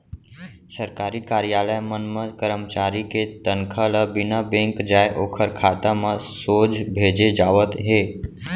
सरकारी कारयालय मन म करमचारी के तनखा ल बिना बेंक जाए ओखर खाता म सोझ भेजे जावत हे